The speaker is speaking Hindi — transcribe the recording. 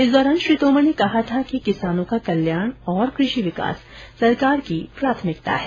इस दौरान श्री तोमर ने कहा था कि किसानों का कल्याण और कृषि विकास सरकार की सर्वोच्च प्राथमिकता है